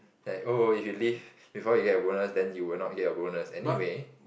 like oh if you leave before you get bonus then you will not get your bonus anyway